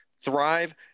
thrive